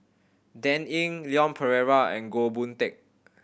Dan Ying Leon Perera and Goh Boon Teck